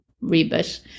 rebus